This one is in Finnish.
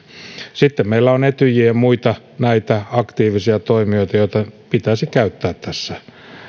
sitten meillä on etyjin muita aktiivisia toimijoita joita pitäisi käyttää tässä